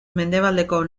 mendebaldeko